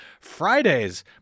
Friday's